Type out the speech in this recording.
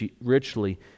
richly